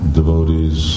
devotees